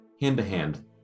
hand-to-hand